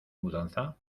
mudanza